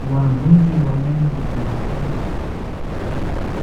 Mwanafunzi wa meno amekaa